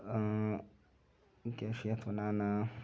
کیٛاہ چھِ یَتھ وَنان